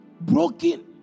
Broken